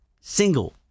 single